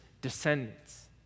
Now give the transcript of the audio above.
descendants